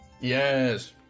Yes